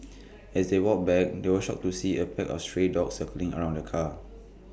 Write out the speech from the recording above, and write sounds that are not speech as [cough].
[noise] as they walked back they were shocked to see A pack of stray dogs circling around the car